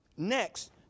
next